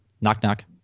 Knock-knock